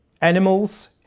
animals